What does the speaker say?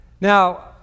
Now